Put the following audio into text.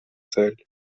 цель